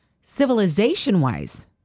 civilization-wise